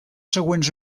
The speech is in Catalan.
següents